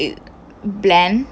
bland